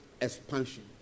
expansion